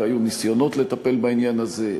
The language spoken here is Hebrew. והיו ניסיונות לטפל בעניין הזה,